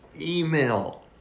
email